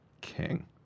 King